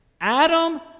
Adam